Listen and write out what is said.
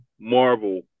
Marvel